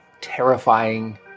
terrifying